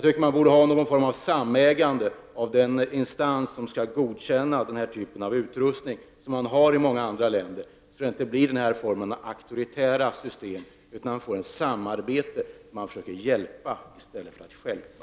Det borde finnas någon form av samägande av den instans som skall godkänna den här typen av utrustning, något som man har i många andra länder, så att den här typen av auktoritära system inte uppstår utan det i stället blir ett samarbete, där man försöker hjälpa i stället för att stjälpa.